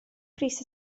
pris